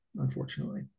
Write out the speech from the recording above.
unfortunately